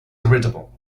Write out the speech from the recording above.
irritable